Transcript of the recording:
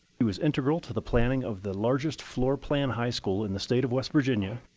she was integral to the planning of the largest floor plan high school in the state of west virginia,